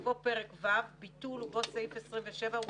יבוא פרק ו': ביטול ובו סעיף 27 ולשונו: